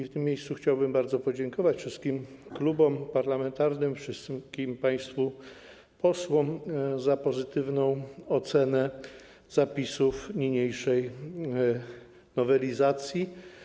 W tym miejscu chciałbym bardzo podziękować wszystkim klubom parlamentarnym, wszystkim państwu posłom za pozytywną ocenę zapisów niniejszej nowelizacji.